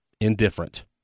indifferent